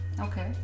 Okay